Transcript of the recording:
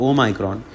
Omicron